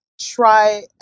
try